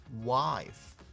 wife